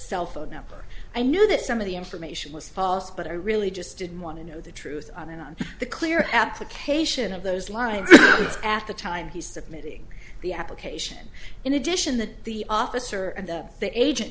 cell phone number i knew that some of the information was false but i really just didn't want to know the truth on and on the clear application of those lines at the time he submitting the application in addition that the officer and the agent